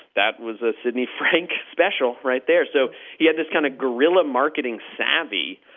that was a sidney frank special right there. so he had this kind of guerrilla marketing savvy.